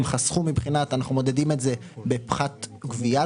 הם חסכו אנחנו מודדים את זה בפחת גבייה,